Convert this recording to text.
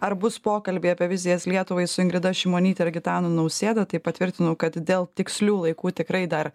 ar bus pokalbiai apie vizijas lietuvai su ingrida šimonyte ir gitanu nausėda tai patvirtinau kad dėl tikslių laikų tikrai dar